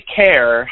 care